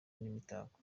n’imitako